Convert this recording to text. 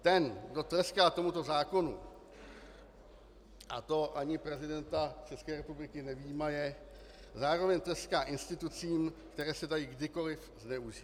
Ten, kdo tleská tomuto zákonu, a to ani prezidenta České republiky nevyjímaje, zároveň tleská institucím, které se dají kdykoliv zneužít.